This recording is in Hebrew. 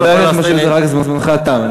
חבר הכנסת משה מזרחי, זמנך תם.